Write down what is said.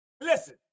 listen